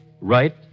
right